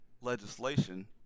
legislation